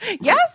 Yes